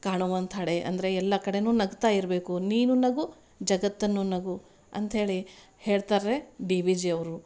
ಕಾಣುವಂತದೆ ಅಂದರೆ ಎಲ್ಲ ಕಡೆ ನಗ್ತ ಇರಬೇಕು ನೀನು ನಗು ಜಗತ್ತನ್ನು ನಗು ಅಂತೇಳಿ ಹೇಳ್ತಾರೆ ಡಿವಿಜಿಯವ್ರು